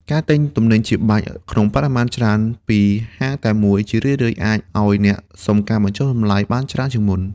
ការទិញទំនិញជាបាច់ ឬក្នុងបរិមាណច្រើនពីហាងតែមួយ ជារឿយៗអាចឱ្យអ្នកសុំការបញ្ចុះតម្លៃបានច្រើនជាងមុន។